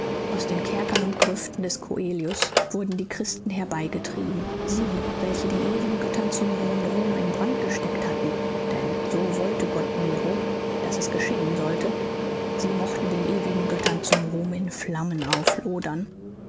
aus den kerkern und grüften des coelius wurden die christen herbeigetrieben sie welche den ewigen göttern zum hohn rom in brand gesteckt hatten denn so wollte gott nero daß es geschehen sein sollte sie mochten den ewigen göttern zum ruhm in flammen auflodern